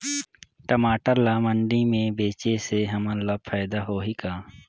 टमाटर ला मंडी मे बेचे से हमन ला फायदा होही का?